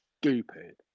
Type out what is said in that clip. stupid